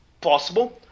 possible